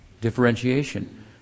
differentiation